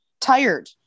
tired